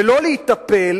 ולא להיטפל